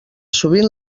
sovint